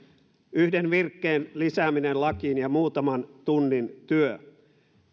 yhden virkkeen lisääminen lakiin ja muutaman tunnin työ